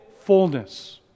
fullness